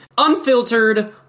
unfiltered